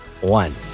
one